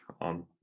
on